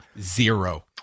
Zero